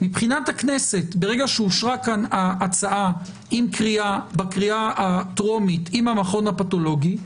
מבחינת הכנסת ברגע שאושרה כאן ההצעה בקריאה הטרומית עם המכון הפתולוגי,